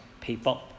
people